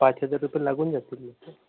पाच हजार रुपये लागून जातील म्हटलं